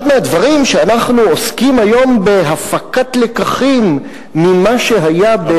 אחד מהדברים שאנחנו עוסקים בהם היום בהפקת הלקחים ממה שהיה בקהיר,